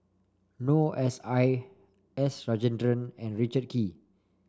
Noor S I S Rajendran and Richard Kee